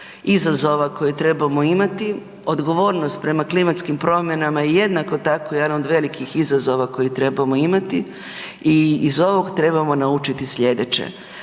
izazova koje trebamo imati, odgovornost prema klimatskim promjenama je jednako tako jedan od velikih izazova koji trebamo imati i iz ovog trebamo naučiti slijedeće